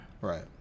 right